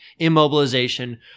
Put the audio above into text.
immobilization